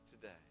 today